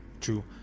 true